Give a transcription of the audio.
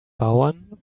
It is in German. bauern